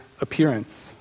appearance